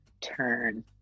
turn